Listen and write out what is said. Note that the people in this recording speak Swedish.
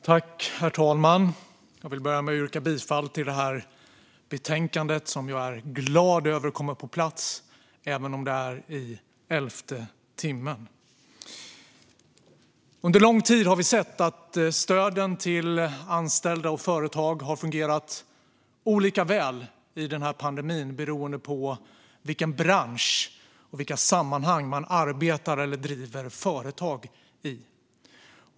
Herr talman! Jag vill börja med att yrka bifall till utskottets förslag i betänkandet. Jag är glad över att detta kommer på plats, även om det är i elfte timmen. Under lång tid har vi sett att stöden till anställda och företag har fungerat olika väl under pandemin, beroende på i vilken bransch och i vilka sammanhang man arbetar eller driver företag.